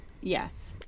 Yes